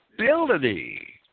ability